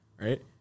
right